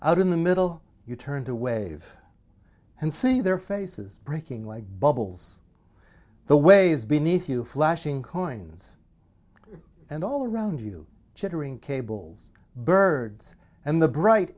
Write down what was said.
out in the middle you turn to wave and see their faces breaking like bubbles the waves beneath you flashing coins and all around you chattering cables birds and the bright